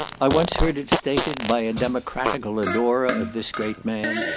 i once heard it stated by a democratical adorer of this great man,